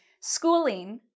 ...schooling